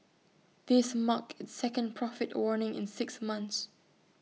this marked its second profit warning in six months